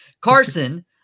Carson